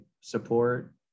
support